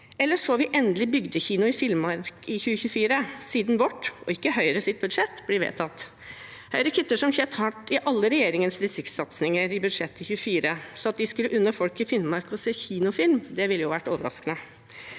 Ellers får vi endelig Bygdekinoen i Finnmark i 2024 siden vårt, ikke Høyres, budsjett blir vedtatt. Høyre kutter som kjent hardt i alle regjeringens distriktssatsinger i budsjettet for 2024, og at de skulle unne folk i Finnmark å se kinofilm, ville jo vært overraskende.